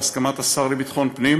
בהסכמת השר לביטחון הפנים